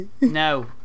No